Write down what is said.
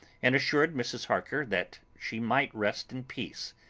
and assured mrs. harker that she might rest in peace.